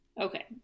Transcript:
Okay